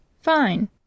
Fine